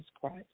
Christ